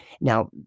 Now